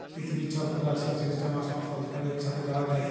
পিথিবীর ছব financial system আর সংস্থা যেখালে ইকসাথে জালা যায়